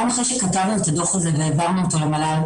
גם אחרי שכתבנו את הדוח הזה והעברנו אותו למל"ל,